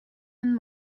een